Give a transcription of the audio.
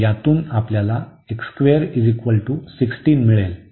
तर यातून आपल्याला मिळेल